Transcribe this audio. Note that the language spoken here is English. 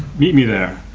meet me there!